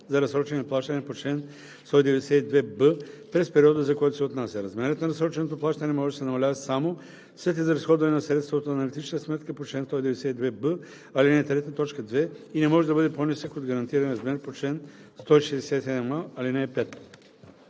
за разсрочени плащания по чл. 192б през периода, за който се отнася. Размерът на разсроченото плащане може да се намалява само след изразходване на средствата от аналитичната сметка по чл. 192б, ал. 3, т. 2 и не може да бъде по-нисък от гарантирания размер по чл. 167а, ал. 5.“